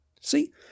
See